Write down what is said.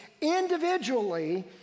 individually